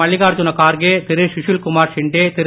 மல்லிகார்ஜுன கார்கே திரு சுசில்குமார் ஷிண்டே திரு